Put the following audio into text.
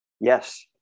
Yes